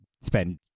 spend